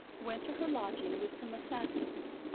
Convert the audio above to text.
went to her lodging with some assassins,